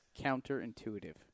Counterintuitive